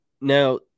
Now